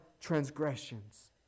transgressions